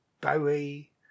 Bowie